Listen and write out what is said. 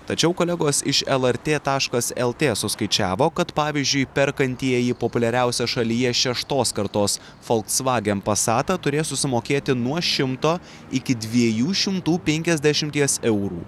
tačiau kolegos iš el er tė taškas el tė suskaičiavo kad pavyzdžiui perkantieji populiariausią šalyje šeštos kartos folksvagen pasatą turės susimokėti nuo šimto iki dviejų šimtų penkiasdešimties eurų